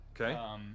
Okay